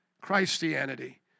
Christianity